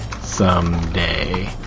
someday